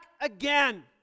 again